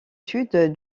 sud